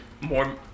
more